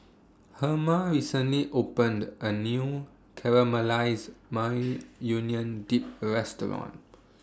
Herma recently opened A New Caramelized Maui Union Dip Restaurant